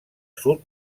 sud